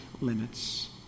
limits